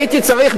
הייתי צריך,